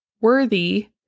worthy